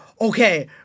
okay